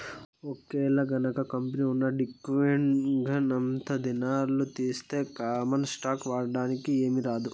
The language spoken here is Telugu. ఒకేలగనక కంపెనీ ఉన్న విక్వడేంగనంతా దినాలు తీస్తె కామన్ స్టాకు వాటాదార్లకి ఏమీరాదు